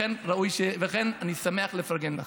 לכן אני שמח לפרגן לך.